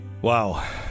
Wow